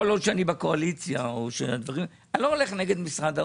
כל עוד שאני בקואליציה אני לא הולך נגד משרד האוצר.